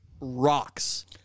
Rocks